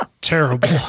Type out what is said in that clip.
terrible